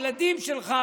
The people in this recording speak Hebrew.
הילדים שלך,